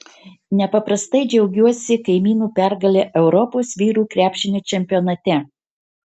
nepaprastai džiaugiuosi kaimynų pergale europos vyrų krepšinio čempionate